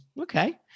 okay